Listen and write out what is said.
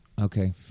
okay